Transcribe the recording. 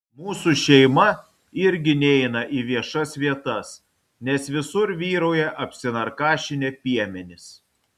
mūsų šeima irgi neina į viešas vietas nes visur vyrauja apsinarkašinę piemenys